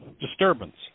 disturbance